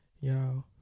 Y'all